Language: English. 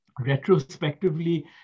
retrospectively